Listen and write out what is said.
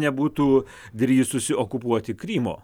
nebūtų drįsusi okupuoti krymo